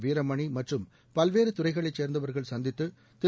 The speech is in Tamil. வீரமணி மற்றும் பல்வேறு துறைகளைச் சேர்ந்தவர்கள் சந்தித்து திரு